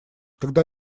когда